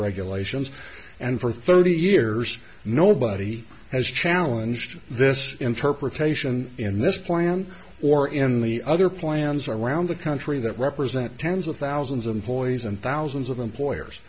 regulations and for thirty years nobody has challenge to this interpretation in this plan or in the other plans around the country that represent tens of thousands of employees and thousands of employers